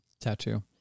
tattoo